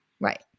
Right